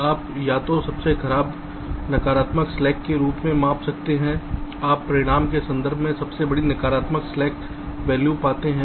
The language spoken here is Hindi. आप या तो सबसे खराब नकारात्मक स्लैक के रूप में माप सकते हैं आप परिमाण के संदर्भ में सबसे बड़ी नकारात्मक स्लैक वैल्यू पाते हैं